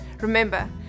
Remember